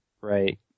right